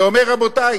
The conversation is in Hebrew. ואומר: רבותי,